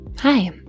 Hi